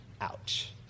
Ouch